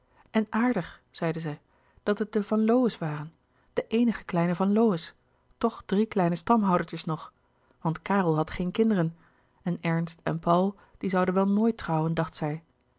en aardig zeide zij dat het de van lowe's waren de eenige kleine van lowe's toch drie kleine stamhoudertjes nog want karel had geen kinderen en ernst en paul die zouden wel nooit trouwen dacht zij